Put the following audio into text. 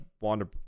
Wander